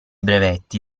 brevetti